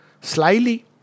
Slyly